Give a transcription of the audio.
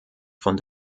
von